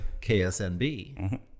K-S-N-B